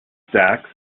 stacks